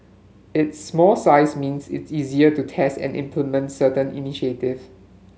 its small size means it easier to test and implement certain initiatives